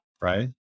right